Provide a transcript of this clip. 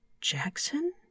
Jackson